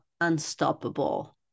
unstoppable